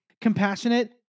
compassionate